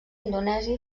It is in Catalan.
indonèsia